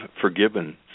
forgiven